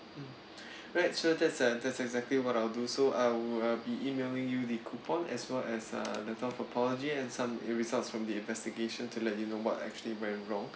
mm right sure that's uh that's exactly what I'll do so I will uh be emailing you the coupon as well as uh the apology and some results from the investigation to let you know what actually went wrong